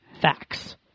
facts